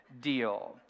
deal